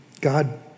God